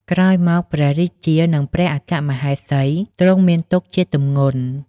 ក្រោយមកព្រះរាជានិងព្រះអគ្គមហេសី ទ្រង់មានទុក្ខជាទម្ងន់